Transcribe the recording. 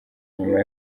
nyuma